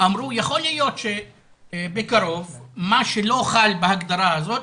אמרו שיכול להיות שבקרוב מה שלא חל בהגדרה הזאת,